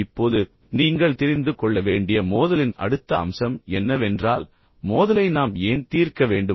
இப்போது நீங்கள் தெரிந்து கொள்ள வேண்டிய மோதலின் அடுத்த அம்சம் என்னவென்றால் மோதலை நாம் ஏன் தீர்க்க வேண்டும்